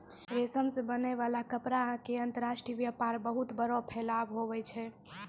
रेशम से बनै वाला कपड़ा के अंतर्राष्ट्रीय वेपार बहुत बड़ो फैलाव हुवै छै